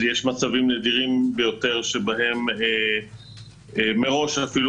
אז יש מצבים נדירים ביותר שבהם מראש אפילו